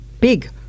big